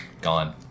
Gone